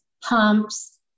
pumps